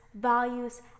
values